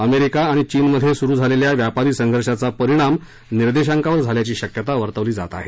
America आणि चीनमध्ये सुरु झालेल्या व्यापारी संघर्षाचा परिणाम निर्देशांकावर झाल्याची शक्यता वर्तवली जात आहे